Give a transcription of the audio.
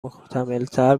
محتملتر